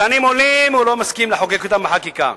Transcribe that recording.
מדענים עולים, הוא לא מסכים לחוקק זאת בחקיקה.